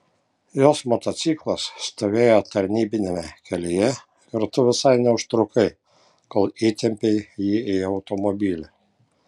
jos motociklas stovėjo tarnybiniame kelyje ir tu visai neužtrukai kol įtempei jį į automobilį